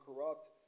corrupt